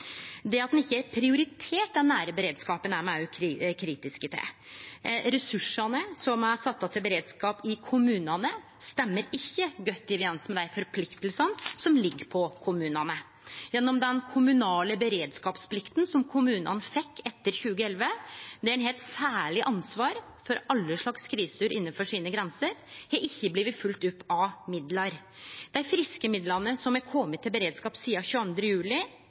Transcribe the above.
den nære beredskapen ikkje er prioritert, er me òg kritiske til. Ressursane som er sette av til beredskap i kommunane, stemmer ikkje godt overeins med dei forpliktingane som ligg på kommunane. Den kommunale beredskapsplikten som kommunane fekk etter 2011, der ein har eit særleg ansvar for alle slags kriser innanfor sine grenser, har ikkje blitt fylgt opp av midlar. Dei friske midlane som har kome til beredskap sidan 22. juli